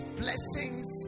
blessings